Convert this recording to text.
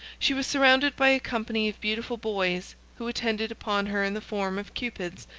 she was surrounded by a company of beautiful boys, who attended upon her in the form of cupids,